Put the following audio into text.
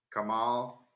Kamal